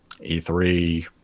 e3